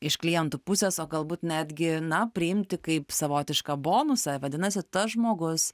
iš klientų pusės o galbūt netgi na priimti kaip savotišką bonusą vadinasi tas žmogus